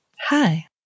Hi